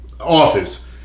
office